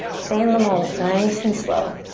stay in the moment. nice and slow.